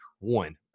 one